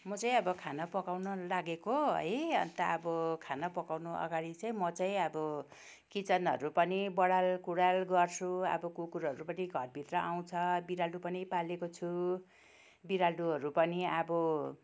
म चाहिँ अब खाना पकाउन लागेको है अन्त अब खाना पकाउनु अगाडि चाहिँ म चाहिँ अब किचनहरू पनि बडाल कुडाल गर्छु अब कुकुरहरू पनि घरभित्र आउँछ बिरालो पनि पालेको छु बिरालोहरू पनि अब